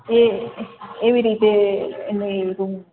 એ એવી રીતે એની રૂમ